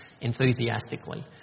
enthusiastically